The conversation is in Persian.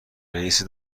رئیس